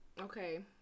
Okay